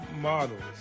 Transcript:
models